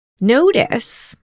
notice